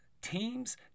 teams